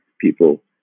people